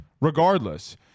regardless